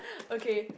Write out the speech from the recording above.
okay